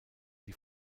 die